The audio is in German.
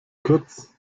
kurz